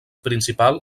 principal